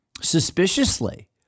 suspiciously